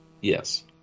Yes